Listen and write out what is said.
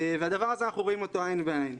ואת הדבר הזה אנחנו רואים עין בעין.